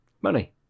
Money